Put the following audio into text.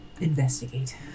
investigate